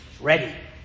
ready